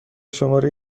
شماره